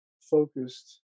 focused